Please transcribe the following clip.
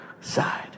side